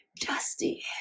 Dusty